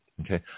Okay